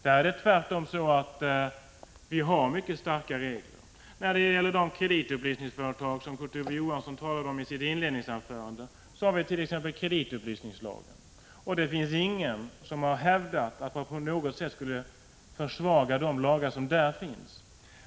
Där är det tvärtom så att vi har mycket stränga regler. De kreditupplysningsföretag som Kurt Ove Johansson talade om i sitt inledningsanförande lyder under kreditupplysningslagen. Det finns ingen som hävdat att man på något sätt skulle försvaga de lagar som finns.